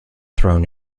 thrown